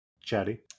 Chatty